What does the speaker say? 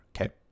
okay